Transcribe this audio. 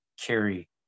carry